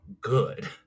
good